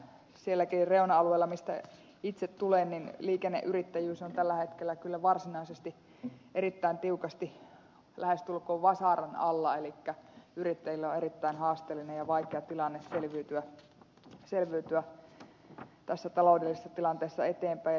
sielläkin reuna alueella mistä itse tulen liikenneyrittäjyys on tällä hetkellä kyllä varsinaisesti erittäin tiukasti lähestulkoon vasaran alla elikkä yrittäjillä on erittäin haasteellinen ja vaikea tilanne selviytyä tässä taloudellisessa tilanteessa eteenpäin